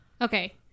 Okay